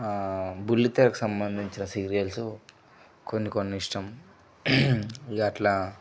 బుల్లితెరకి సంబంధించిని సీరియల్స్ కొన్ని కొన్ని ఇష్టం ఇక అట్లా